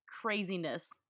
craziness